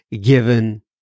given